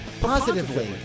positively